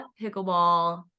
pickleball